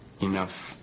enough